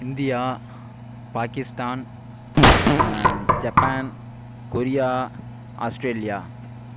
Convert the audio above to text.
India Pakistan Japan Korea Australia